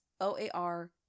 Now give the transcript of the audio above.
OAR